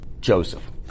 Joseph